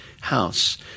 house